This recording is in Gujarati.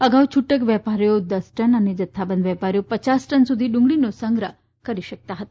અગાઉ છુટક વેપારીઓ દસ ટન અને જથ્થાબંધ વેપારીઓ પચાસ ટન સુધી ડુંગળીનો સંગ્રહ કરી શકતા હતા